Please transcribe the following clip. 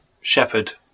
shepherd